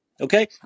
okay